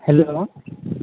hello